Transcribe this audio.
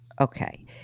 Okay